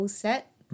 set